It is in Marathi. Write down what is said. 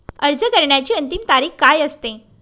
अर्ज करण्याची अंतिम तारीख काय असते?